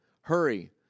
Hurry